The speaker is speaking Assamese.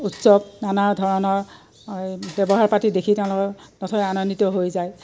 উৎসৱ নানা ধৰণৰ ব্যৱহাৰ পাতি দেখি তেওঁলোকে নথৈ আনন্দিত হৈ যায়